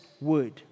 word